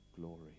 glory